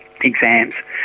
exams